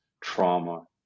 trauma